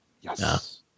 yes